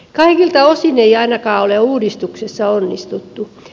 kaikilta osin ei ainakaan ole uudistuksessa onnistuttu